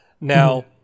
Now